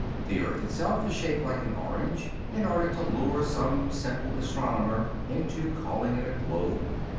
the earth itself is shaped like an orange in order to lure some simple astronomer into calling it a globe.